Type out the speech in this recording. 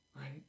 right